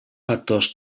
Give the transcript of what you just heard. factors